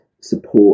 support